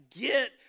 get